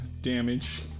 damage